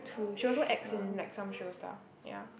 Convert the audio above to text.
she also acts in like some shows lah ya